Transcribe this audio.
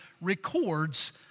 records